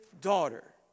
daughter